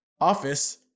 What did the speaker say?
office